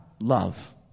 love